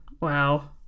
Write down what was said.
Wow